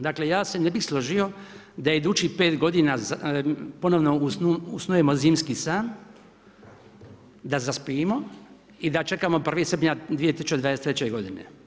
Dakle ja se ne bih složio da je idućih 5 godina ponovno usnujemo zimski san, da zaspimo i da čekamo 1. srpnja 2023. godine.